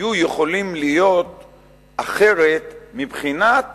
שהיו יכולים להיות אחרת מבחינת